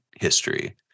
history